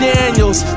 Daniels